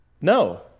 No